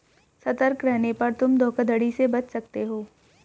सतर्क रहने पर तुम धोखाधड़ी से बच सकते हो